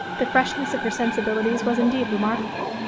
the freshness of her sensibilities was indeed remarkable,